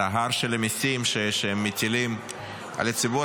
את ההר של המיסים שהם מטילים על הציבור,